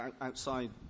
outside